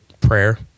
prayer